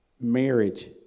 marriage